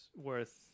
worth